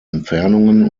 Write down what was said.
entfernungen